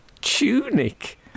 tunic